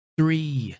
three